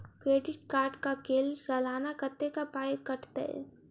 Credit card कऽ लेल सलाना कत्तेक पाई कटतै?